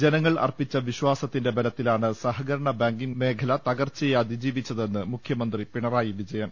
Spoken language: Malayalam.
ജനങ്ങൾ അർപ്പിച്ച വിശ്വാസത്തിന്റെ ബലത്തിലാണ് സഹ കരണ ബാങ്കിങ് മേഖല തകർച്ചയെ അതിജീവിച്ചതെന്ന് മുഖ്യ മന്ത്രി പിണറായി വിജയൻ